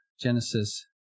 Genesis